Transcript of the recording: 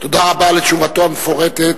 תודה רבה על תשובתו המפורטת,